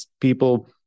people